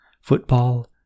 football